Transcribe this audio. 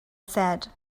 said